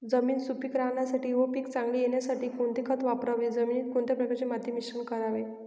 जमीन सुपिक राहण्यासाठी व पीक चांगले येण्यासाठी कोणते खत वापरावे? जमिनीत कोणत्या प्रकारचे माती मिश्रण करावे?